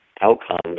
outcomes